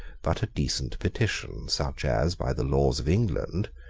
but a decent petition such as, by the laws of england,